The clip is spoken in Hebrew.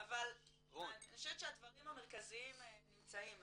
אבל אני חושבת שהדברים המרכזיים נמצאים.